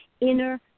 inner